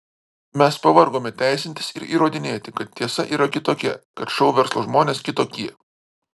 mes pavargome teisintis ir įrodinėti kad tiesa yra kitokia kad šou verslo žmonės kitokie